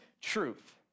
truth